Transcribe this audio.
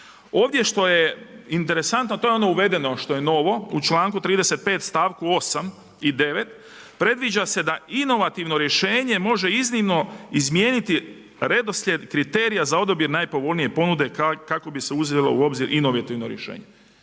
Ovdje što je interesantno, to je ono uvedeno, što je novo u članku 35. stavku 8. i 9., predviđa se da inovativno rješenje može iznimno izmijenit i redoslijed kriterija za odabir najpovoljnije ponude kako bi se uzelo u obzir inovativno rješenje.